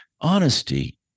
honesty